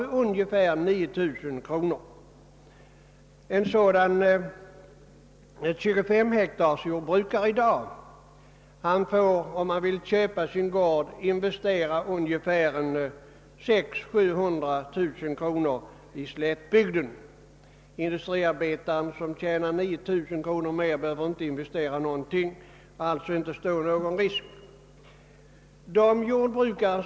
Den som i dag vill köpa ett jordbruk på 25 hektar måste på slättbygden investera 600 000—700 000 kronor. Industriarbetaren, som tjänar 9000 kronor mer, behöver inte investera någonting och behöver alltså inte stå någon risk.